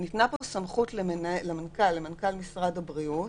ניתנה פה סמכות למנכ"ל משרד הבריאות